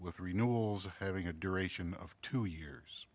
with renewed having a duration of two years